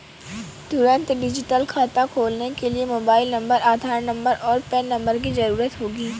तुंरत डिजिटल खाता खोलने के लिए मोबाइल नंबर, आधार नंबर, और पेन नंबर की ज़रूरत होगी